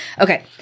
okay